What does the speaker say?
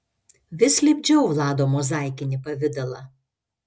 vis lipdžiau vlado mozaikinį pavidalą